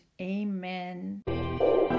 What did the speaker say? amen